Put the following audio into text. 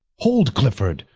hold clifford,